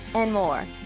and more.